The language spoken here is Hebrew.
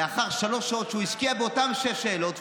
לאחר שלוש שעות שהוא השקיע באותן שש שאלות,